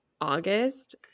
August